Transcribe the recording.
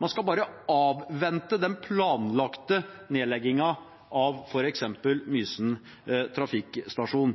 Man skal bare avvente den planlagte nedleggingen av f.eks. Mysen trafikkstasjon.